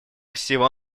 всего